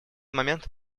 момент